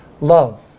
Love